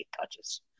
touches